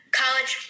college